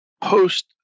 post